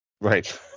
Right